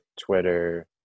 Twitter